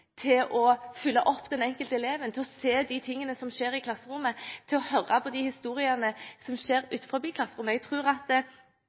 til å følge opp den enkelte eleven, til å se det som skjer i klasserommet og til å høre på historiene fra det som skjer